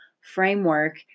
framework